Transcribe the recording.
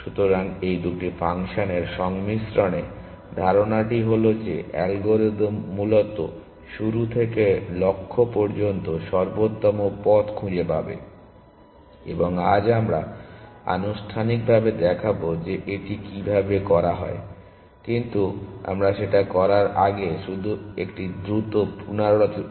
সুতরাং এই দুটি ফাংশনের সংমিশ্রণে ধারণাটি হল যে অ্যালগরিদম মূলত শুরু থেকে লক্ষ্য পর্যন্ত সর্বোত্তম পথ খুঁজে পাবে এবং আজ আমরা আনুষ্ঠানিকভাবে দেখাব যে এটি কীভাবে করা হয় কিন্তু আমরা সেটা করার আগে শুধু একটি দ্রুত পুনরালোচনা